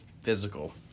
physical